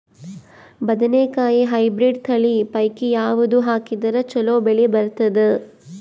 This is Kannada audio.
ಬದನೆಕಾಯಿ ಹೈಬ್ರಿಡ್ ತಳಿ ಪೈಕಿ ಯಾವದು ಹಾಕಿದರ ಚಲೋ ಬೆಳಿ ಬರತದ?